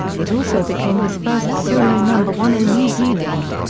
it also became his first solo number one in new zealand.